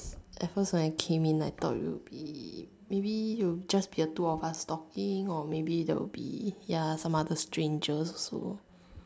at first when I came in I thought it would be maybe it'll just be the two of us talking or maybe there will be ya some other strangers also